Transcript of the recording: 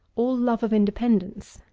all love of independence.